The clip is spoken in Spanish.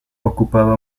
ocupaba